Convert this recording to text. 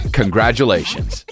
congratulations